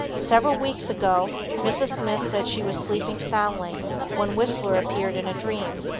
several weeks ago mrs. smith says she was sleeping soundly when whistler appeared in a dream.